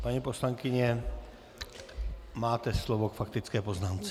Paní poslankyně, máte slovo k faktické poznámce.